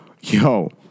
yo